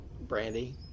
Brandy